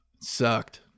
Sucked